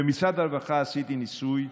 במשרד הרווחה עשיתי ניסוי,